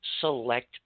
select